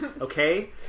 Okay